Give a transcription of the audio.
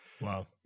Wow